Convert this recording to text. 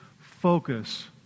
focus